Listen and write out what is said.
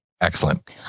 excellent